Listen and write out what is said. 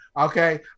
okay